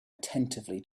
attentively